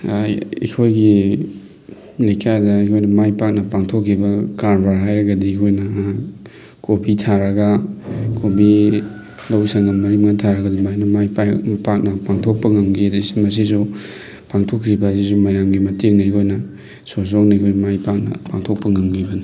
ꯑꯩꯈꯣꯏꯒꯤ ꯂꯩꯀꯥꯏꯗ ꯑꯩꯈꯣꯏꯅ ꯃꯥꯏ ꯄꯥꯛꯅ ꯄꯥꯡꯊꯣꯛꯈꯤꯕ ꯀꯔꯕꯥꯔ ꯍꯥꯏꯔꯒꯗꯤ ꯑꯩꯈꯣꯏ ꯅꯍꯥꯟ ꯀꯣꯕꯤ ꯊꯥꯔꯒ ꯀꯣꯕꯤ ꯂꯧ ꯁꯪꯒꯝ ꯃꯔꯤ ꯃꯉꯥ ꯊꯥꯔꯒ ꯑꯗꯨꯃꯥꯏꯅ ꯃꯥꯏ ꯄꯥꯛꯑꯦ ꯄꯥꯛꯅ ꯄꯥꯡꯊꯣꯛꯄ ꯉꯝꯈꯤ ꯑꯗꯩ ꯃꯁꯤꯁꯨ ꯄꯥꯡꯊꯣꯛꯈ꯭ꯔꯤꯕ ꯑꯁꯤꯁꯨ ꯃꯌꯥꯝꯒꯤ ꯃꯇꯦꯡꯗꯩ ꯑꯈꯣꯏꯅ ꯁꯣꯍꯣꯖꯣꯛꯅ ꯑꯩꯈꯣꯏꯅ ꯃꯥꯏ ꯄꯥꯛꯅ ꯄꯥꯡꯊꯣꯛꯄ ꯉꯝꯈꯤꯕꯅꯤ